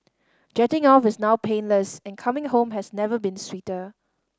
jetting off is now painless and coming home has never been sweeter